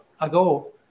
ago